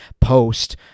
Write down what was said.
post-